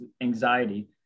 anxiety